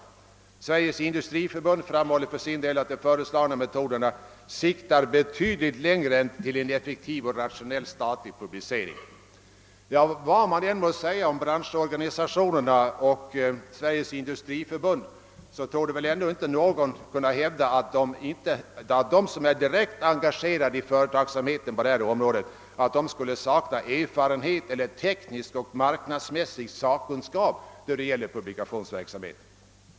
Sveriges industriförbund säger för sin del, att de föreslagna metoderna siktar betydligt längre än till en effektiv och rationell statlig publicering. Vad man än i detta sammanhang må säga om branschorganisationernas och om Sveriges industriförbunds partiskhet torde ändå ingen kunna hävda att de som är direkt engagerade i företagsamheten på detta område saknar erfarenhet eller teknisk och marknadsmässig sakkunskap när det gäller publikationsverksamhet.